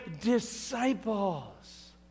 disciples